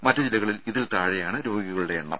മറ്റു ജില്ലകളിൽ ഇതിൽ താഴെയാണ് രോഗികളുടെ എണ്ണം